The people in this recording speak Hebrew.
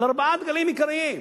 על ארבעה דגלים עיקריים: